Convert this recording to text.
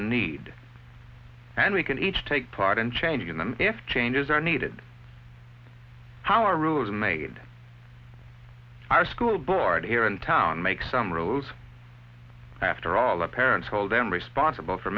a need and we can each take part in changing them if changes are needed how rules are made our school board here in town make some rules after all the parents hold them responsible for